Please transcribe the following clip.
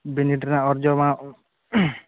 ᱵᱤᱱᱤᱰ ᱨᱮᱭᱟᱜ ᱚᱨᱡᱚᱢᱟ